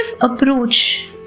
approach